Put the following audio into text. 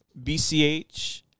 BCH